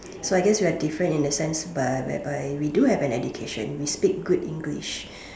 so I guess we are different in that sense but whereby we do have education we speak good English